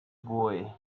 boy